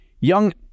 young